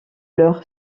leur